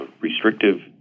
restrictive